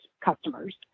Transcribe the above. customers